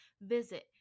visit